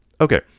Okay